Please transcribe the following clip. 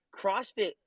CrossFit